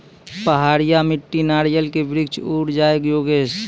पहाड़िया मिट्टी नारियल के वृक्ष उड़ जाय योगेश?